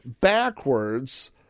backwards